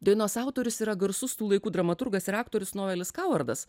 dainos autorius yra garsus tų laikų dramaturgas ir aktorius noelis kauvardas